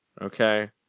Okay